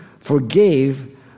Forgave